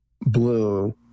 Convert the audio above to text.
blue